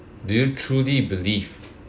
do you truly believe